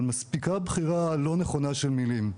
אבל מספיקה הבחירה הלא נכונה של מילים,